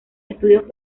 estudios